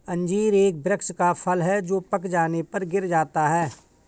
अंजीर एक वृक्ष का फल है जो पक जाने पर गिर जाता है